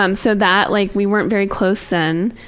um so that like we weren't very close then.